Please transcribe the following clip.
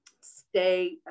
stay